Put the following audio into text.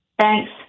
Thanks